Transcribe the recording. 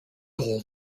goal